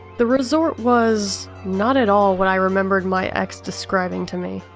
the resort was, not at all what i remembered my ex describing to me.